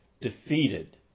defeated